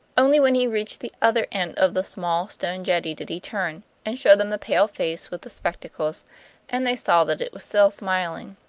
only when he reached the other end of the small stone jetty did he turn, and show them the pale face with the spectacles and they saw that it was still smiling.